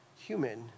Human